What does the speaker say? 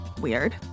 weird